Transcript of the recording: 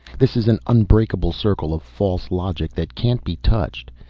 this is an unbreakable circle of false logic that can't be touched.